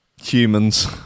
humans